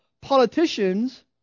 politicians